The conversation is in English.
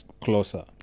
closer